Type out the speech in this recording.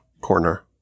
corner